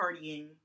partying